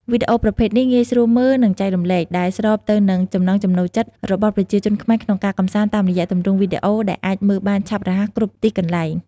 វីដេអូប្រភេទនេះងាយស្រួលមើល និងចែករំលែក ដែលស្របទៅនឹងចំណង់ចំណូលចិត្តរបស់ប្រជាជនខ្មែរក្នុងការកម្សាន្តតាមរយៈទម្រង់វីដេអូដែលអាចមើលបានឆាប់រហ័សគ្រប់ទីកន្លែង។